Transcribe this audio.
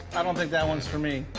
i don't think that one's for me.